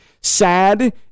sad